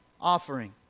offering